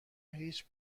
هیچ